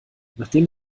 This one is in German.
nachdem